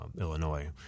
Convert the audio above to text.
Illinois